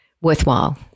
worthwhile